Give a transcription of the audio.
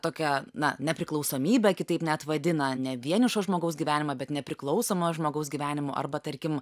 tokią na nepriklausomybę kitaip net vadina ne vienišo žmogaus gyvenimą bet nepriklausomo žmogaus gyvenimo arba tarkim